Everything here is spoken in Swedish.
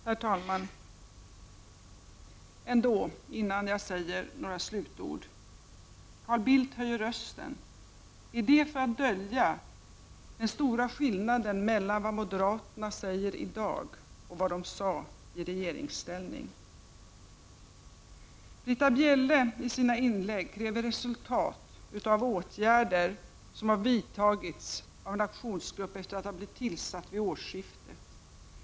Herr talman! Innan jag säger några slutord: Carl Bildt höjer rösten. Är det för att dölja den stora skillnaden mellan vad moderaterna säger i dag och vad de sade i regeringsställning? Britta Bjelle kräver i sina inlägg resultat av åtgärder som har vidtagits av en aktionsgrupp efter att ha blivit tillsatt vid årsskiftet.